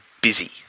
busy